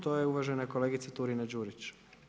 To je uvažena kolegica Turina-Đurić.